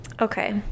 Okay